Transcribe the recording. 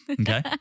Okay